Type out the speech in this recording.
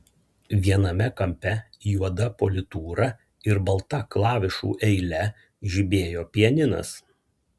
viename kampe juoda politūra ir balta klavišų eile žibėjo pianinas